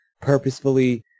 purposefully